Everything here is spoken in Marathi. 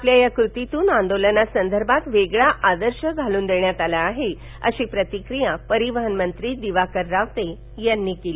आपल्या कृतीतून आंदोलनासंदर्भात वेगळा आदर्श घालून देण्यात आला आहे अशी प्रतिक्रीया परिवहन मंत्री दिवाकर रावते यांनी दिली